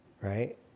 right